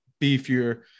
beefier